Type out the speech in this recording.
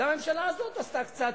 גם הממשלה הזאת עשתה קצת,